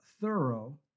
thorough